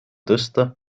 tõsta